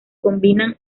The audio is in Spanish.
combinan